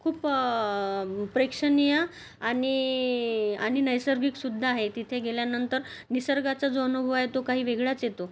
खूप प्रेक्षणीय आणि आणि नैसर्गिकसुद्धा आहे तिथे गेल्यानंतर निसर्गाचा जो अनुभव आहे तो काही वेगळाच येतो